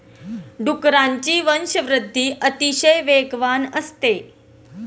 डुकरांची वंशवृद्धि अतिशय वेगवान असते